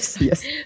yes